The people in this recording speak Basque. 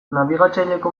nabigatzaileko